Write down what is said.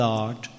Lord